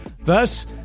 Thus